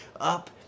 up